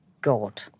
God